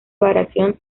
variación